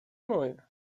moje